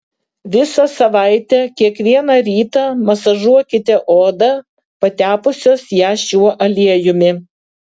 visą savaitę kiekvieną rytą masažuokite odą patepusios ją šiuo aliejumi